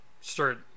start